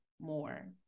more